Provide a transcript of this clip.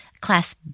Class